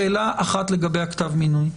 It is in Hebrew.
שאלה לגבי כתב המינוי.